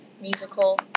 musical